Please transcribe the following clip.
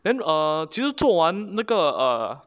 then err 其实做完那个